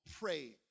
pray